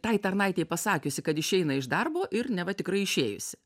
tai tarnaitei pasakiusi kad išeina iš darbo ir neva tikrai išėjusi